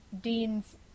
Dean's